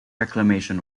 reclamation